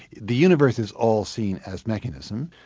the universe is all seen as mechanism,